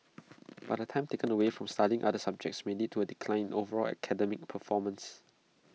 but the time taken away from studying other subjects may lead to A decline in overall academic performance